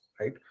right